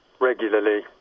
regularly